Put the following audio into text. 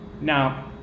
now